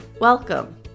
Welcome